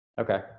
okay